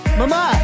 mama